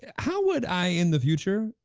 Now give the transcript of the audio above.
how would i in the future,